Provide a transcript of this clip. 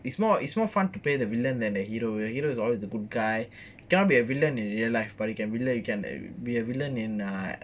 it's more it's more fun to play the villain than the hero the heroes is always the good guy cannot be the villain in real life but you can like you can err be a villain in ah